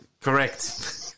Correct